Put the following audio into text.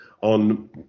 on